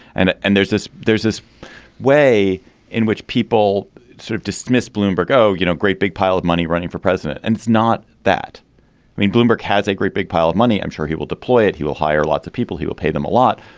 and and there's this there's this way in which people sort of dismiss bloomberg. oh you know great big pile of money running for president. and it's not that i mean bloomberg has a great big pile of money i'm sure he will deploy it. he will hire lots of people who will pay them a lot.